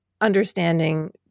understanding